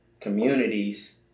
communities